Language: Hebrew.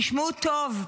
תשמעו טוב.